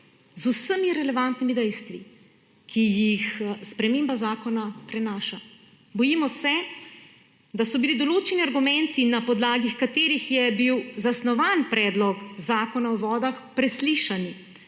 z vsemi relevantnimi dejstvi, ki jih sprememba zakona prinaša. Bojimo se, da so bili določeni argumenti, na podlagi katerih je bil zasnovan Predlog zakona o vodah, preslišani,